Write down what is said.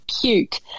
cute